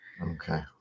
Okay